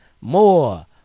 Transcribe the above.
more